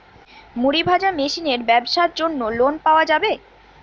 মুড়ি ভাজা মেশিনের ব্যাবসার জন্য লোন পাওয়া যাবে?